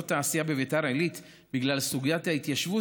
התעשייה בביתר עילית בגלל סוגיית ההתיישבות,